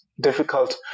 difficult